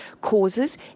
causes